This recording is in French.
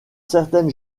certaines